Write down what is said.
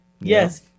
Yes